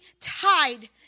tied